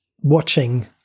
watching